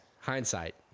hindsight